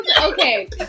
Okay